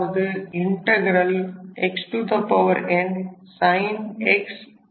அதாவது xn sin x dx